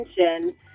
attention